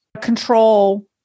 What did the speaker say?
control